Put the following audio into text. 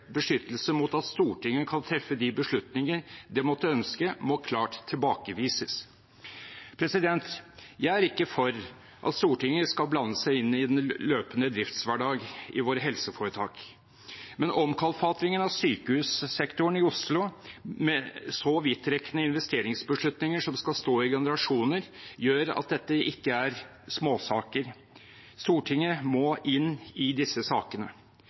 beskyttelse mot at Stortinget kan treffe de beslutninger det måtte ønske, må klart tilbakevises. Jeg er ikke for at Stortinget skal blande seg inn i den løpende driftshverdag i våre helseforetak, men omkalfatringen av sykehussektoren i Oslo med så vidtrekkende investeringsbeslutninger som skal stå i generasjoner, gjør at dette ikke er småsaker. Stortinget må inn i disse sakene.